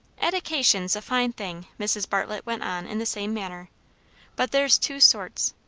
edication's a fine thing, mrs. bartlett went on in the same manner but there's two sorts.